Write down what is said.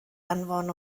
anfon